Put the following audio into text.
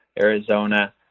arizona